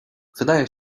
wydaje